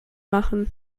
machen